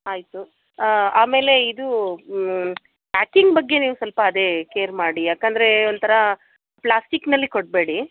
ಆಯಿತು ಆಮೇಲೆ ಇದು ಪ್ಯಾಕಿಂಗ್ ಬಗ್ಗೆ ನೀವು ಸ್ವಲ್ಪ ಅದೇ ಕೇರ್ ಮಾಡಿ ಯಾಕಂದರೆ ಒಂಥರ ಪ್ಲಾಸ್ಟಿಕ್ಕಿನಲ್ಲಿ ಕೊಡಬೇಡಿ